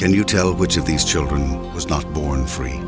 can you tell which of these children was not born free